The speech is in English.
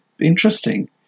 Interesting